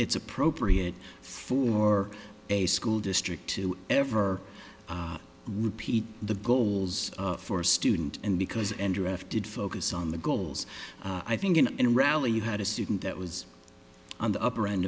it's appropriate for a school district to ever repeat the goals for student and because and drafted focus on the goals i think in in rally you had a student that was on the upper end